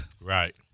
Right